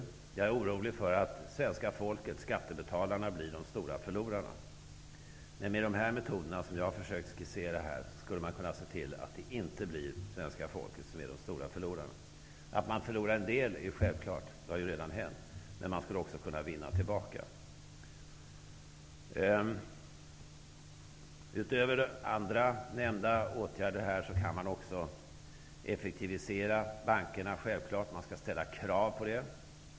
Jag är orolig för att svenska folket, skattebetalarna, blir de stora förlorarna. Men med de metoder som jag har försökt skissera här skulle man kunna se till att det inte blir så. Att man förlorar en del är självklart -- det har ju redan hänt -- men man skulle också kunna vinna tillbaka. Utöver andra nämnda åtgärder måste man också ställa hårda krav på effektivisering av bankerna.